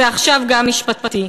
ועכשיו גם משפטי.